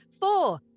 four